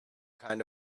kind